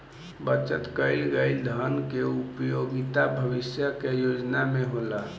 बचत कईल गईल धन के उपयोगिता भविष्य के योजना में होला